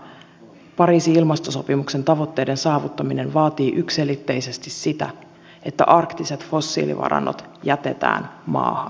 pariisin ilmastosopimuksen tavoitteiden saavuttaminen vaatii yksiselitteisesti sitä että arktiset fossiilivarannot jätetään maahan kaikki